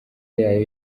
yayo